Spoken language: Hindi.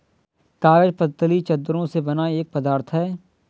कागज पतली चद्दरों से बना एक पदार्थ है